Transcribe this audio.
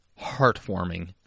heartwarming